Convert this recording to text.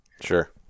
Sure